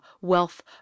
wealth